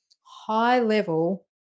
high-level